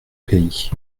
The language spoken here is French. pays